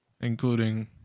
including